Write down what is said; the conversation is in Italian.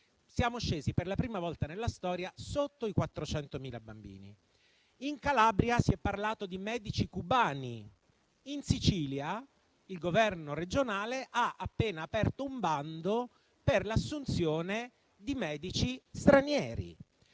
siamo scesi per la prima volta nella storia sotto i 400.000. In Calabria si è parlato di medici cubani, in Sicilia il Governo regionale ha appena aperto un bando per l'assunzione di medici stranieri.